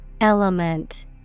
Element